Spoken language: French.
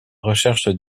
recherche